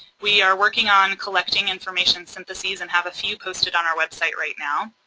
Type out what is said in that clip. we are working on collecting information syntheses and have a few posted on our website right now.